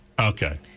Okay